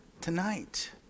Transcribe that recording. tonight